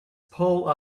pull